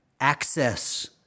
access